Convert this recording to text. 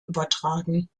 übertragen